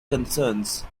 concerns